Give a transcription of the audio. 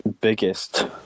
Biggest